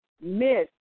miss